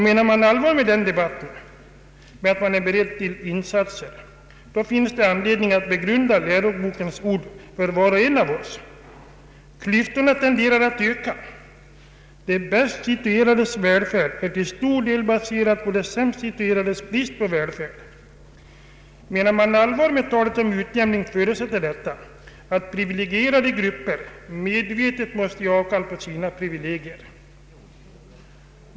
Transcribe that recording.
Menar man i den debatten allvar med att man är beredd till in. satser, finns det anledning att var och en av oss begrundar lärobokens ord. Klyftorna tenderar att öka, ”de bäst situerades ”välfärd” kan till stor del anses vara baserad på de sämst situe rades brist på "välfärd ”. Menar man allvar med talet om utjämning, förutsätter detta att privilegierade grupper medvetet måste ge avkall på sina privilegier.